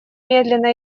медленно